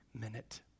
minute